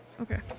Okay